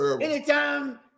anytime